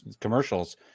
commercials